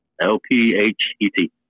L-P-H-E-T